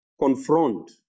confront